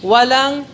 Walang